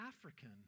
African